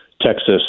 Texas